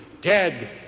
dead